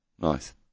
Nice